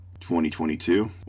2022